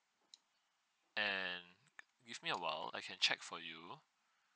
and give me a while I can check for you